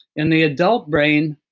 in the adult brain,